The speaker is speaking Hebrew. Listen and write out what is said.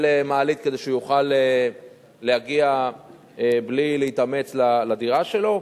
מעלית כדי שהוא יוכל להגיע בלי להתאמץ לדירה שלו.